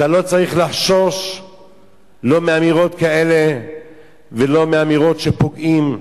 אתה לא צריך לחשוש לא מאמירות כאלה ולא מאמירות שפוגעות,